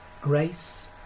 Grace